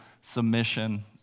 submission